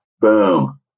boom